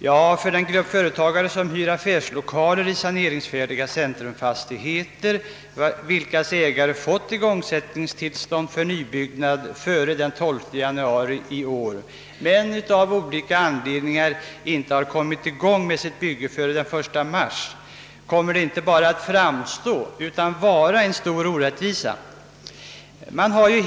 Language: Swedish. Ja, för den grupp företagare som hyr affärslokaler i saneringsfärdiga centrumfastigheter, vilkas ägare har fått igångsättningstillstånd för nybyggnad före den 12 januari i år men av olika anledningar inte har kommit i gång med sitt bygge före den 1 mars, kommer det inte bara att framstå som utan även vara en stor orättvisa.